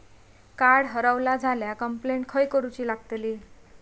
Card हरवला झाल्या complaint खय करूची लागतली?